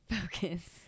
Focus